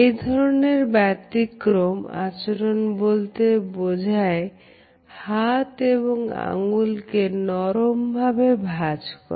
এই ধরনের ব্যতিক্রম আচরণ বলতে বোঝায় হাত এবং আঙ্গুল কে নরম ভাবে ভাঁজ করা